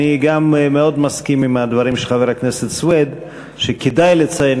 אני גם מאוד מסכים עם הדברים של חבר הכנסת סוייד שכדאי לציין